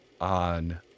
on